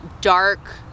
dark